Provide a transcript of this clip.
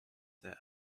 the